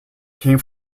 came